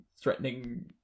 threatening